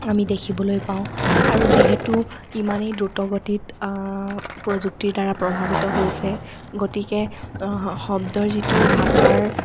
আমি দেখিবলৈ পাওঁ আৰু যিহেতু ইমানেই দ্ৰুতগতিত প্ৰযুক্তিৰ দ্বাৰা প্ৰভাৱিত হৈছে গতিকে শব্দৰ যিটো ভাষাৰ